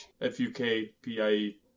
F-U-K-P-I-E